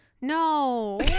no